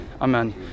Amen